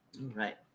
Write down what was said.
right